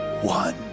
one